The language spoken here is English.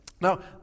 Now